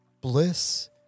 bliss